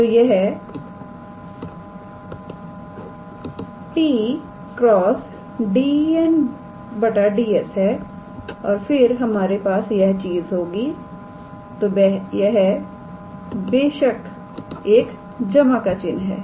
तो यह 𝑡̂× 𝑑𝑛̂ 𝑑𝑠 है और फिर हमारे पास यह चीज होगी तो बेशक यह एक जमा का चिन्ह है